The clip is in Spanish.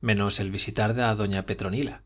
menos el visitar a doña petronila